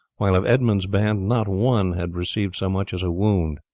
while of edmund's band not one had received so much as a wound.